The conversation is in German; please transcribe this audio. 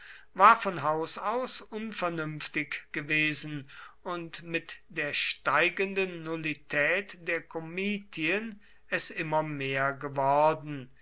war von haus aus unvernünftig gewesen und mit der steigenden nullität der komitien es immer mehr geworden